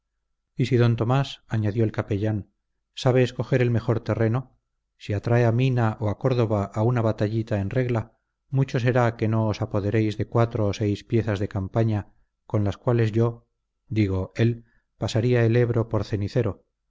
d tomás añadió el capellán sabe escoger el mejor terreno si atrae a mina o a córdoba a una batallita en regla mucho será que no os apoderéis de cuatro o seis piezas de campaña con las cuales yo digo él pasaría el ebro por cenicero